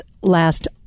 last